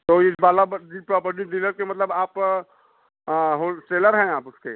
तो इस वाला प्रॉपर्टी डीलर के मतलब आप होलसेलर हैं आप उसके